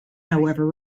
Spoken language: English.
however